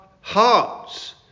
hearts